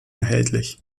erhältlich